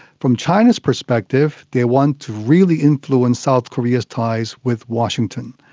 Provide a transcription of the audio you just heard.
from china's perspective, they want to really influence south korea's ties with washington,